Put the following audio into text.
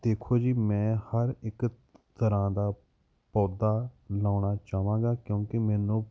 ਦੇਖੋ ਜੀ ਮੈਂ ਹਰ ਇੱਕ ਤਰ੍ਹਾਂ ਦਾ ਪੌਦਾ ਲਾਉਣਾ ਚਾਹਾਂਗਾ ਕਿਉਂਕਿ ਮੈਨੂੰ